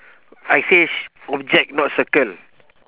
I say sh~ object not circle